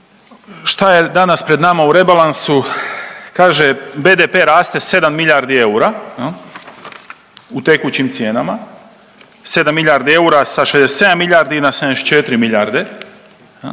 Šta je danas pred nama u rebalansu? Kaže BDP raste 7 milijardi eura jel u tekućim cijenama, 7 milijardi eura sa 67 milijardi na 74 milijarde